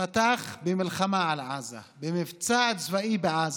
פתח במלחמה על עזה, במבצע צבאי בעזה.